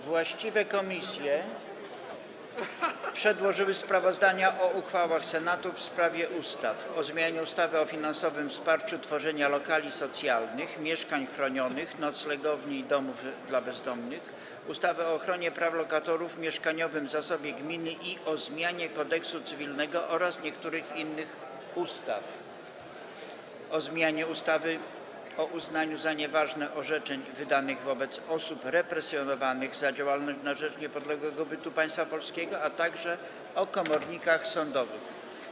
Właściwe komisje przedłożyły sprawozdania o uchwałach Senatu w sprawie ustaw: - o zmianie ustawy o finansowym wsparciu tworzenia lokali socjalnych, mieszkań chronionych, noclegowni i domów dla bezdomnych, ustawy o ochronie praw lokatorów, mieszkaniowym zasobie gminy i o zmianie Kodeksu cywilnego oraz niektórych innych ustaw, - o zmianie ustawy o uznaniu za nieważne orzeczeń wydanych wobec osób represjonowanych za działalność na rzecz niepodległego bytu Państwa Polskiego, - o komornikach sądowych.